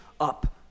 up